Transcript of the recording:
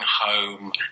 home